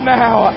now